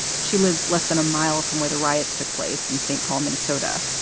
she lives less than a mile from where the riots took place in st. paul, minnesota.